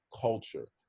culture